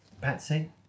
Patsy